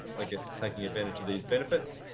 like ah so taking advantage of these benefits.